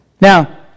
Now